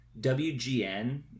WGN